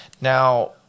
Now